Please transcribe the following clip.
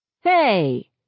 Hey